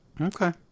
Okay